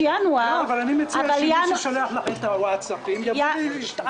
אורית, אני מציע שמי ששולח לך את הווטצאפים יטען.